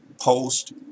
post